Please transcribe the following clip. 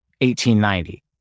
1890